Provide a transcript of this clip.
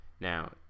Now